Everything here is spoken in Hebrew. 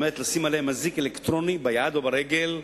כלומר לשים עליהם אזיק אלקטרוני ביד או ברגל,